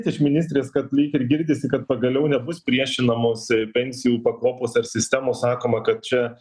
iš ministrės kad lyg ir girdisi kad pagaliau nebus priešinamos pensijų pakopos ar sistemos sakoma kad čia